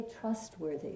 trustworthy